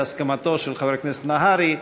בהסכמתו של חבר הכנסת נהרי,